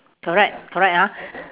correct correct ah